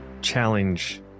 challenge